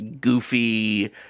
goofy